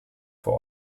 vor